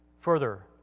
further